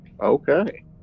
Okay